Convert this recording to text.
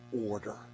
Order